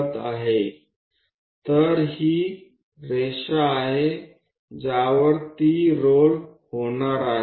તો આ તે લીટી છે કે જેના પર તે ફરવા જઈ રહ્યું છે